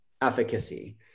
efficacy